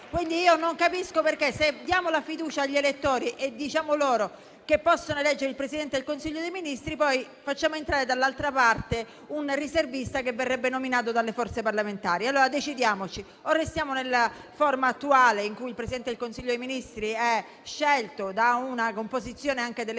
Quindi non capisco perché, se diamo la fiducia agli elettori e diciamo loro che possono eleggere il Presidente del Consiglio dei ministri, poi facciamo entrare dall'altra parte un riservista, che verrebbe nominato dalle forze parlamentari. Allora decidiamoci: o restiamo nella forma attuale, in cui il Presidente del Consiglio dei ministri è scelto da una composizione delle forze elette